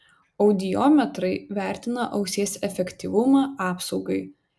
audiometrai vertina ausies efektyvumą apsaugai